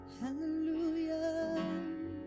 Hallelujah